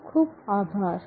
ખૂબ ખૂબ આભાર